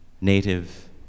native